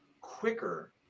quicker